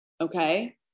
Okay